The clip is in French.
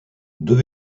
deux